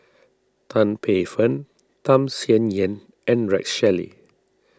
Tan Paey Fern Tham Sien Yen and Rex Shelley